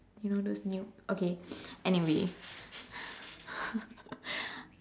you know those new okay anyway